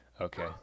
Okay